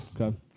Okay